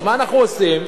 אז מה אנחנו עושים?